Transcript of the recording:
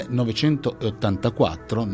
1984